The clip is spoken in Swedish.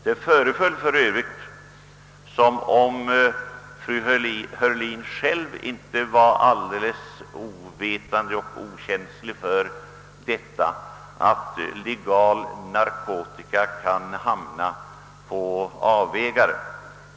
Det föreföll för övrigt som om fru Heurlin själv inte var alldeles ovetande om och okänslig för att legal narkotika kan hamna på avvägar.